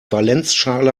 valenzschale